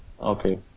Okay